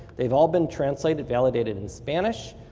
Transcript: they've all been translated, validated in spanish.